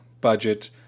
budget